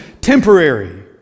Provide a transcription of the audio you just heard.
temporary